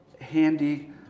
handy